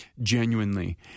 genuinely